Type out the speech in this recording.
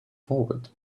forward